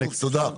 100 אחוז, תודה.